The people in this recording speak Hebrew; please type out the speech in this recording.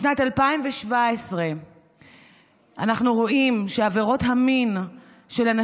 בשנת 2017 אנחנו רואים שעבירות המין כלפי